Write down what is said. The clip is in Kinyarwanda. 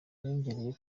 yongerako